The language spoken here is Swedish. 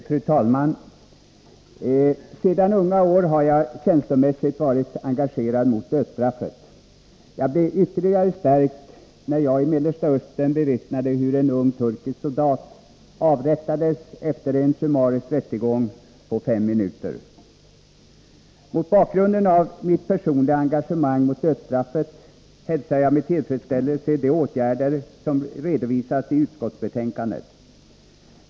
Fru talman! Sedan unga år har jag känslomässigt varit engagerad mot dödsstraffet. Jag blev ytterligare stärkt, när jag i Mellersta Östern bevittnade hur en ung turkisk soldat avrättades efter en summarisk rättegång på fem minuter. Mot bakgrunden av mitt personliga engagemang mot dödsstraffet hälsar jag med tillfredsställelse de åtgärder som redovisas i detta utskottsbetänkande.